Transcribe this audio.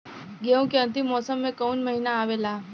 गेहूँ के अंतिम मौसम में कऊन महिना आवेला?